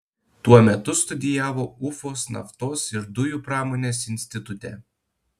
tuo metu studijavo ufos naftos ir dujų pramonės institute